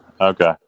Okay